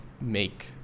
make